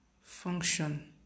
function